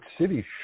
City